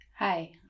Hi